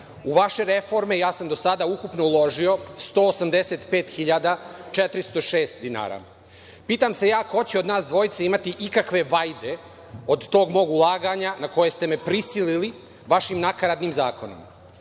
U vaše reforme ja sam do sada ukupno uložio 185.406 dinara. Pitam se ja ko će od nas dvojice imati ikakve vajde od tog mog ulaganja, na koje ste me prisilili vašim nakaradnim zakonima.